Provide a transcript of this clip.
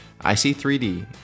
IC3D